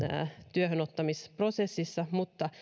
työhönottamisprosessissa mutta